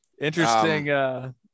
Interesting